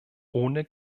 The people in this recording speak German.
ohne